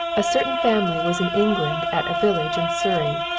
a certain family was in england at a village in surrey.